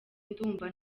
ndumva